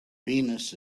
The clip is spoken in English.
venus